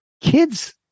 kids